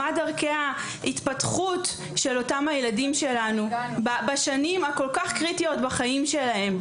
מה דרכי ההתפתחות של הילדים שלנו בשנים הקריטיות כל כך בחיים שלהם.